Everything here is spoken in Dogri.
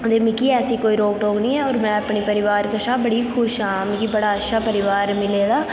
ते मिकी ऐसी कोई रोक टोक नी ऐ होर में अपने परिवार कशा बड़ी खुश आं मिकी बड़ा अच्छा परिवार मिले दा